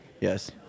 Yes